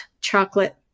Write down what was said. chocolate